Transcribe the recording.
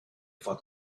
for